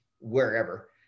wherever